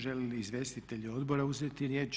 Žele li izvjestitelji odbora uzeti riječ?